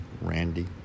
Randy